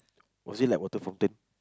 was it like water fountain